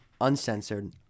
Uncensored